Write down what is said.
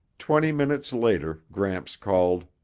twenty minutes later gramps called,